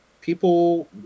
people